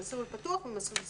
במסלול פתוח ובמסלול סגור.